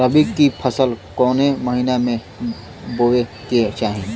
रबी की फसल कौने महिना में बोवे के चाही?